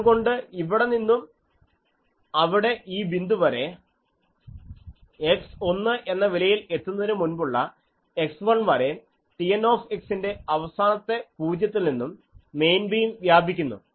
അതുകൊണ്ട് ഇവിടെ നിന്നും അവിടെ ഈ ബിന്ദു വരെ x ഒന്ന് എന്ന വിലയിൽ എത്തുന്നതിനു മുൻപുള്ള x1 വരെ Tn ന്റെ അവസാനത്തെ 0 ത്തിൽ നിന്നും മെയിൻ ബീം വ്യാപിക്കുന്നു